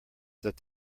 that